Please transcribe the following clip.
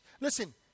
Listen